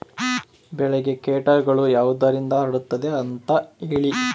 ಬೆಳೆಗೆ ಕೇಟಗಳು ಯಾವುದರಿಂದ ಹರಡುತ್ತದೆ ಅಂತಾ ಹೇಳಿ?